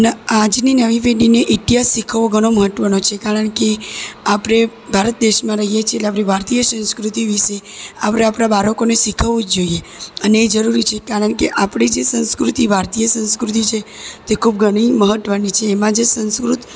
ને આજની નવી પેઢીને ઇતિહાસ શીખવવો ઘણો મહત્ત્વનો છે કારણ કે આપણે ભારત દેશમાં રહીએ છીએ એટલે આપણી ભારતીય સંસ્કૃતિ વિશે આપણે આપણાં બાળકોને શીખવવું જ જોઈએ અને એ જરૂરી છે કારણ કે આપણી જે સંસ્કૃતિ ભારતીય સંસ્કૃતિ છે જે ખૂબ ઘણી મહત્ત્વની છે એમાં જ સંસ્કૃત